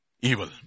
evil